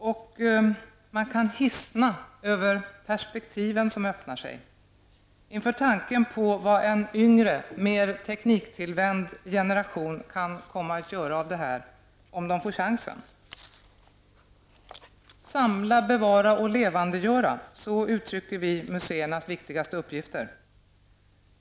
Och man hissnar över de perspektiv som öppnar sig, hissnar inför tanken på vad den yngre, mer tekniktillvänd generation kan komma att göra av detta, om den får chansen. Samla, bevara och levandegöra -- så uttrycker vi museernas viktigaste uppgifter.